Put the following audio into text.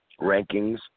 rankings